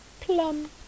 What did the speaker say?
Plum